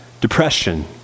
depression